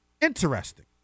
interesting